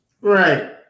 Right